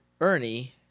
ernie